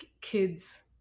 kids